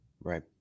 right